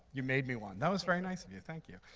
you made me one. that was very nice of you. thank you.